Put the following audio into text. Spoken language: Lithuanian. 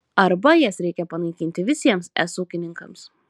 arba jas reikia panaikinti visiems es ūkininkams